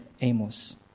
Amos